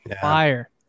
fire